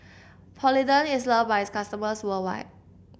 polident is loved by its customers worldwide